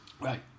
Right